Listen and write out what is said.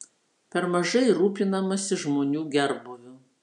per mažai rūpinamasi žmonių gerbūviu